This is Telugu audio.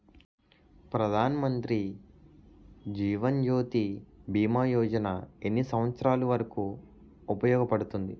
ప్రధాన్ మంత్రి జీవన్ జ్యోతి భీమా యోజన ఎన్ని సంవత్సారాలు వరకు ఉపయోగపడుతుంది?